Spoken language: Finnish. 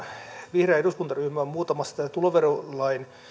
vihreä eduskuntaryhmä on muuttamassa tätä tuloverolain